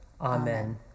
Amen